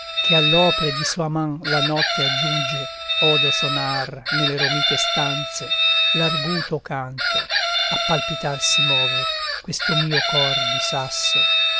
fanciulla che all'opre di sua man la notte aggiunge odo sonar nelle romite stanze l'arguto canto a palpitar si move questo mio cor di sasso